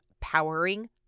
powering